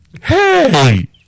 Hey